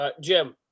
Jim